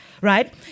right